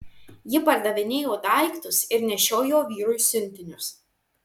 ji pardavinėjo daiktus ir nešiojo vyrui siuntinius